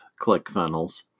ClickFunnels